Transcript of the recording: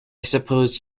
suppose